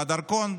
ודרכון,